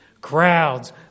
Crowds